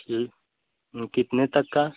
ठीक कितने तक का